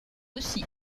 aussi